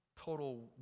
total